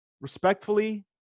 respectfully